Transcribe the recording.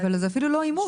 אבל זה אפילו לא אימוץ.